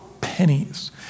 pennies